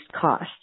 cost